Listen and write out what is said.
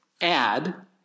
add